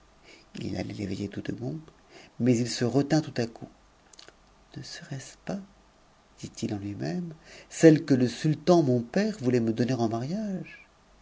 ii allait t'éveiller tout de bon mais il se retint tout à coup ne serait-ce pas dit-il en lui même celle que le sultan mon père voulait me donner en mariage